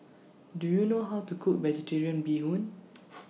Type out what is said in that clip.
Do YOU know How to Cook Vegetarian Bee Hoon